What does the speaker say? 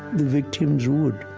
the victims would